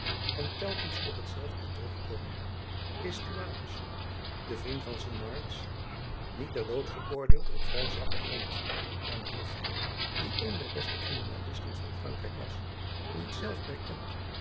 en telkens op hetzelfde terugkomen is thuanus de vriend van cinq mars niet ter dood veroordeeld op vrij zwakker grond en heeft hy die een der beste kriminalisten van frankrijk was niet zelf erkend